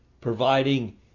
providing